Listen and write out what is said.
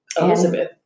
Elizabeth